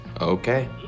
Okay